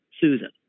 Susan